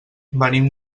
venim